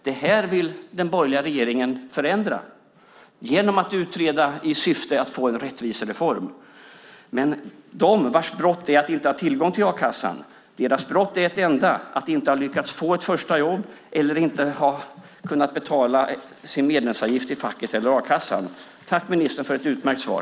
Detta vill den borgerliga regeringen förändra genom att utreda i syfte att få en rättvisereform. Men när det gäller dem vars brott är att inte ha tillgång till a-kassan är brottet ett enda: att inte ha lyckats få ett första jobb eller inte lyckats betala sin medlemsavgift till facket eller a-kassan. Tack, ministern, för ett utmärkt svar!